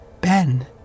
Ben